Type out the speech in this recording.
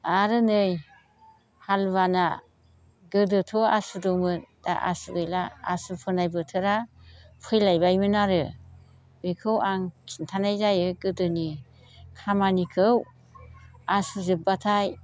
आरो नै हालुवाना गोदोथ' आसु दंमोन दा आसु गैला आसु फोनाय बोथोरा फैलायबायमोन आरो बेखौ आं खिन्थानाय जायो गोदोनि खामानिखौ आसु जोबबाथाय